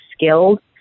skilled